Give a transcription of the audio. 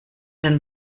den